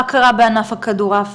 בענף הכדורעף,